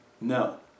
No